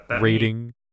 rating